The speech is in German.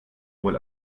wohl